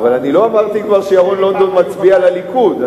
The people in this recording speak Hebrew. אבל אני עוד לא אמרתי שירון לונדון מצביע לליכוד,